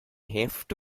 hefte